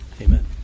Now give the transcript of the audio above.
Amen